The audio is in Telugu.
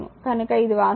కనుక ఇది వాస్తవానికి t 0